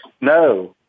No